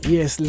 Yes